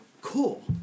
cool